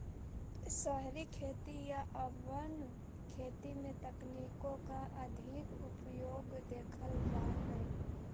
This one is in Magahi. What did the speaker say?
शहरी खेती या अर्बन खेती में तकनीकों का अधिक उपयोग देखल जा हई